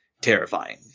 terrifying